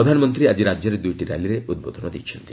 ପ୍ରଧାନମନ୍ତ୍ରୀ ଆଜି ରାଜ୍ୟରେ ଦୁଇଟି ର୍ୟାଲିରେ ଉଦ୍ବୋଧନ ଦେଇଛନ୍ତି